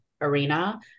arena